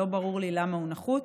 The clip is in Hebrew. לא ברור לי למה הוא נחוץ,